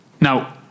Now